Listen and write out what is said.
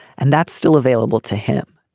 and that's still available to him.